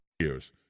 years